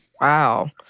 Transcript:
Wow